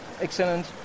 excellent